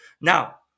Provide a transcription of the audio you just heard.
Now